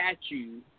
statue